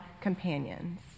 companions